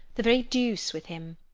the very deuce with him.